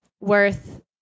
worth